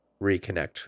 reconnect